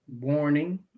Warning